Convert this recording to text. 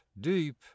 deep